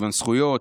שוויון זכויות,